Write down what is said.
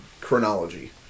chronology